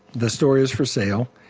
the store is for sale.